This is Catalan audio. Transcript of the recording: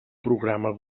programa